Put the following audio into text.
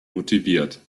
motiviert